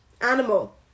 Animal